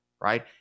right